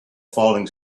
falling